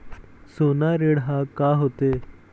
सोना ऋण हा का होते?